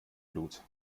blut